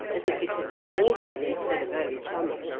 as if it had been autumn instead of early summer.